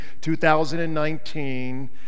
2019